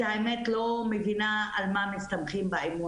את האמת, לא מבינה על מה מסתמכים בו,